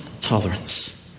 tolerance